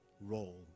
role